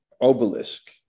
obelisk